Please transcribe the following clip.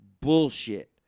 bullshit